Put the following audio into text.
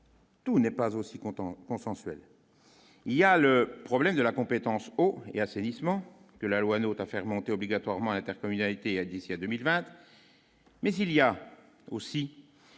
Tout n'est pas aussi content il y a le problème de la compétence eau et assainissement que la loi note à faire monter obligatoirement intercommunalité a d'ici à 2020, mais il y a aussi